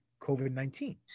COVID-19